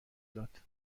داد